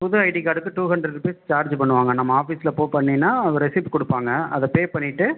புது ஐடி கார்டுக்கு two hundred rupees charge பண்ணுவாங்க நம்ம ஆஃபீஸில் போய் பண்ணீனா ஒரு ரெசிப்ட் கொடுப்பாங்க அதை பே பண்ணிவிட்டு